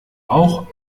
auch